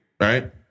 right